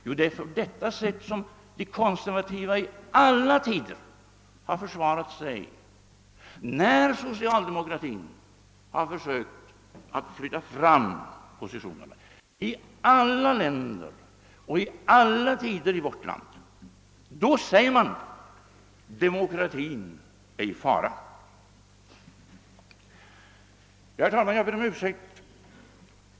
Jo, i alla tider och i alla länder har de konservativa sagt, när socialdemokratin har försökt flytta fram sina positioner, att demokratin är i fara. Herr talman!